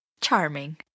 charming